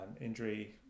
injury